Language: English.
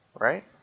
right